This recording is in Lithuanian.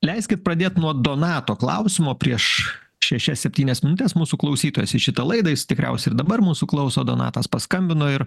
leiskit pradėt nuo donato klausimo prieš šešias septynias minutes mūsų klausytojas į šitą laidą jis tikriausiai ir dabar mūsų klauso donatas paskambino ir